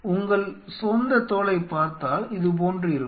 உங்கள் சொந்த தோலைப் பார்த்தால் இது போன்று இருக்கும்